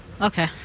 Okay